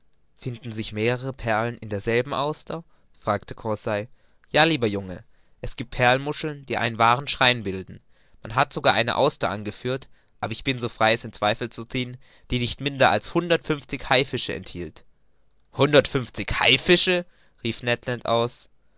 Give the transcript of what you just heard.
finden sich mehrere perlen in derselben auster fragte conseil ja lieber junge es giebt perlmuscheln die einen wahren schrein bilden man hat sogar eine auster angeführt aber ich bin so frei es in zweifel zu ziehen die nicht minder als hundertundfünfzig haifische enthielt hundertundfünfzig haifische rief ned land aus